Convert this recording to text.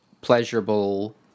pleasurable